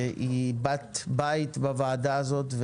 שהיא בת בית בוועדה הזאת,